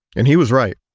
and he was right.